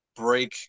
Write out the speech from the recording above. break